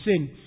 sin